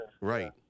Right